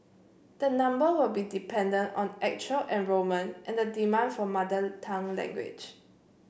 the number will be dependent on actual enrolment and the demand for mother tongue language